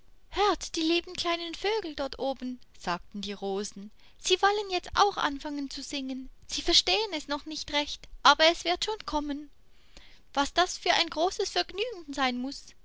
hört die lieben kleinen vögel dort oben sagten die rosen sie wollen jetzt auch anfangen zu singen sie verstehen es noch nicht recht aber es wird schon kommen was das für ein großes vergnügen sein muß